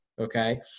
Okay